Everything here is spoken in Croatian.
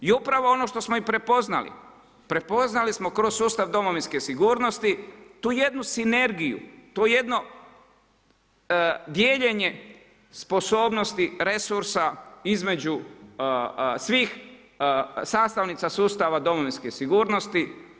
I upravo ono što smo i prepoznali, prepoznali smo kroz sustav domovinske sigurnosti tu jednu sinergiju, to jedno dijeljenje sposobnosti resursa između svih sastavnica sustava domovinske sigurnosti.